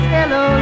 Hello